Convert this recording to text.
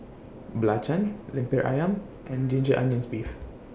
Belacan Lemper Ayam and Ginger Onions Beef